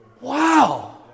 wow